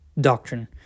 doctrine